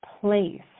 place